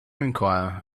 enquire